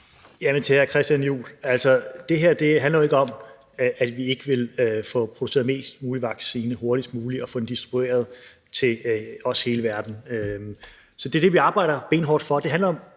Udenrigsministeren (Jeppe Kofod): Det her handler jo ikke om, at vi ikke ønsker at få produceret flest mulige vacciner hurtigst muligt og få dem distribueret til hele verden. Det er det, vi arbejder benhårdt på.